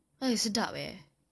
why sedap eh